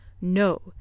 no